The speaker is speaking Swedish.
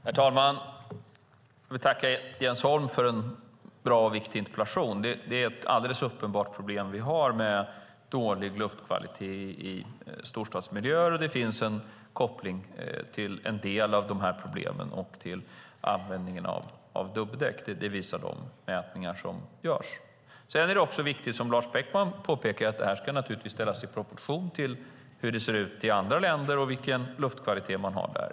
Herr talman! Jag vill tacka Jens Holm för en bra och viktig interpellation. Det är ett alldeles uppenbart problem vi har med dålig luftkvalitet i storstadsmiljöer, och det finns en koppling mellan en del av dessa problem och användningen av dubbdäck. Det visar de mätningar som görs. Sedan är det viktigt, som Lars Beckman påpekar, att detta ska ställas i proportion till hur det ser ut i andra länder och vilken luftkvalitet man har där.